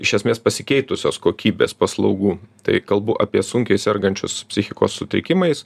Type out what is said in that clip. iš esmės pasikeitusios kokybės paslaugų tai kalbu apie sunkiai sergančius psichikos sutrikimais